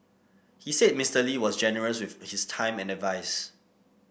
he said Mister Lee was generous with his time and advise